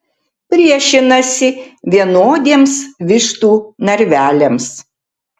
priešinasi vienodiems vištų narveliams